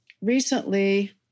recently